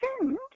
send